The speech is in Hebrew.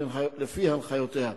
לפי הנחיותיה,